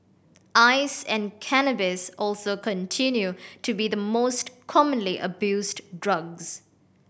ice and cannabis also continue to be the most commonly abused drugs